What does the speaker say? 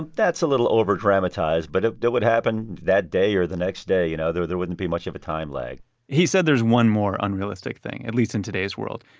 that's a little over-dramatized, but ah that would happen that day or the next day. you know, there there wouldn't be much of a time lag he said there's one more unrealistic thing, at least in today's world.